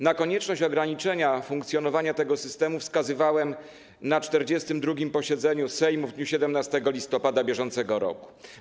Na konieczność ograniczenia funkcjonowania tego systemu wskazywałem na 42. posiedzeniu Sejmu w dniu 17 listopada br.